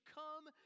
come